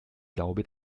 glaube